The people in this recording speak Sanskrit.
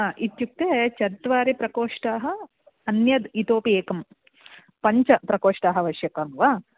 हा इत्युक्ते चत्वारः प्रकोष्ठाः अन्यद् इतोपि एकं पञ्चप्रकोष्ठाः आवश्यकाः वा